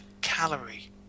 calorie